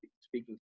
speaking